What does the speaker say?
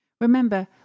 Remember